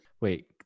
Wait